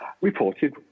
reported